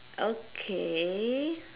okay